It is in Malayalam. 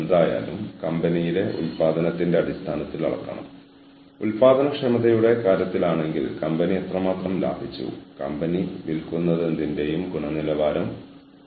കാരണം കമ്പനികളിൽ യഥാർത്ഥത്തിൽ അഡ്മിനിസ്ട്രേറ്റീവ് സ്റ്റാഫായി സ്വീകരിച്ച താഴ്ന്ന നിലയിലുള്ള HRM പ്രൊഫഷണലുകൾ സ്ഥാപനത്തിന്റെ ഏറ്റവും പ്രധാനപ്പെട്ട മത്സര വിഭവമായി ജീവനക്കാരെ നിയന്ത്രിക്കുന്നു